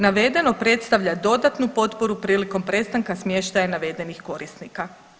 Navedeno predstavlja dodatnu potporu prilikom prestanka smještaja navedenih korisnika.